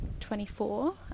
24